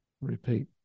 repeat